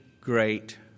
great